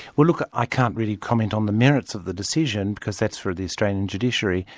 well look, ah i can't really comment on the merits of the decision, because that's for the australian judiciary.